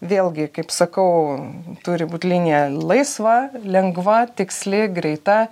vėlgi kaip sakau turi būt linija laisva lengva tiksli greita